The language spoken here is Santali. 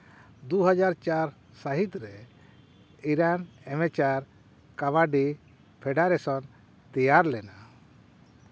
ᱫᱩ ᱦᱟᱡᱟᱨ ᱪᱟᱨ ᱥᱟᱹᱦᱤᱛ ᱨᱮ ᱤᱨᱟᱱ ᱤᱢᱮᱪᱟᱨ ᱠᱟᱵᱟᱰᱤ ᱯᱷᱮᱰᱟᱨᱮᱥᱚᱱ ᱛᱮᱭᱟᱨ ᱞᱮᱱᱟ